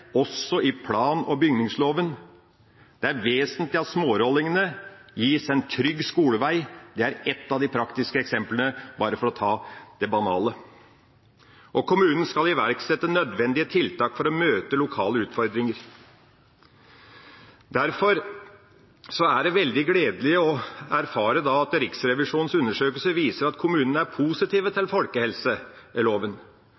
også i plan- og bygningsloven. Det er vesentlig at smårollingene gis en trygg skolevei – det er ett av de praktiske eksemplene, bare for å ta det banale – og kommunen skal iverksette nødvendige tiltak for å møte lokale utfordringer. Derfor er det veldig gledelig å erfare at Riksrevisjonens undersøkelse viser at kommunene er positive